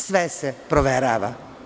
Sve se proverava.